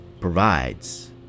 provides